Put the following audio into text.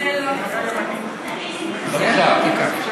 תודה רבה.